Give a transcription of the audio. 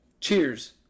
Cheers